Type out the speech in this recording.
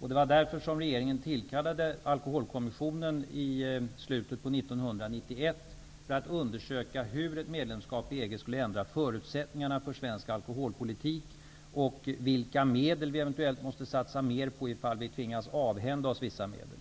Det var därför som regeringen tillkallade alkoholkommissionen i slutet på 1991, för att undersöka hur ett medlemskap i EG skulle ändra förutsättningarna för svensk alkoholpolitik och vilka medel vi eventuellt måste satsa mer på den, om vi tvingas avhända oss vissa medel.